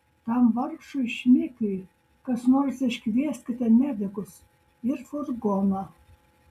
tam vargšui šmikiui kas nors iškvieskite medikus ir furgoną